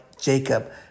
Jacob